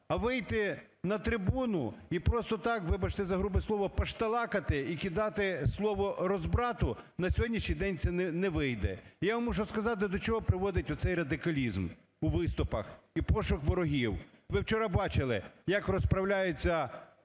А вийти на трибуну і просто так, вибачте, за грубе слово "пашталакати" і кидати слово розбрату на сьогоднішній день це не вийде. І я вам мушу сказати до чого приводить оцей радикалізм у виступах і пошук ворогів, ви вчора бачили, як розправляються